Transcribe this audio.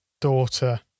daughter